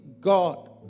God